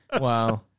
Wow